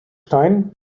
stein